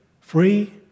free